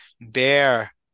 bear